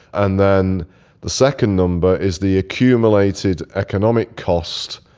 and then the second number is the accumulated economic cost,